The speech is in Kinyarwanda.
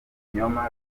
kinyoma